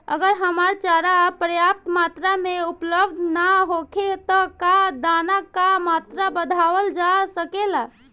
अगर हरा चारा पर्याप्त मात्रा में उपलब्ध ना होखे त का दाना क मात्रा बढ़ावल जा सकेला?